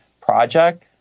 project